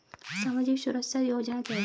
सामाजिक सुरक्षा योजना क्या है?